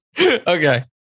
Okay